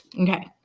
Okay